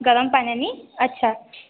गरम पाण्यानं अच्छा